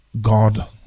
God